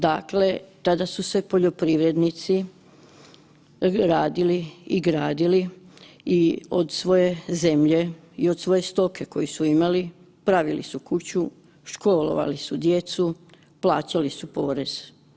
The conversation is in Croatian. Dakle, tada su se poljoprivrednici radili i gradili i od svoje zemlje i od svoje stoke koju su imali, pravili su kuću, školovali su djecu, plaćali su porez.